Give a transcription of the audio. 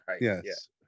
Yes